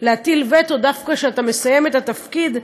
שלא להטיל וטו דווקא כשהוא מסיים את התפקיד.